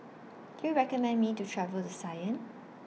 Do YOU recommend Me to travel to Cayenne